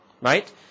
right